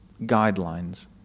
guidelines